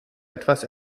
etwas